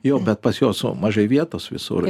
jo bet pas juos mažai vietos visur